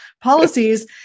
policies